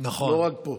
לא רק פה.